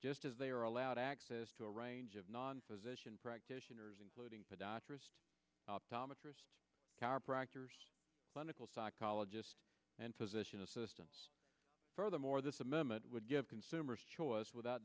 just as they are allowed access to a range of non physician practitioners including podiatrist optometrist clinical psychologist and physician assistants furthermore this amendment would give consumers choice without